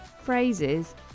phrases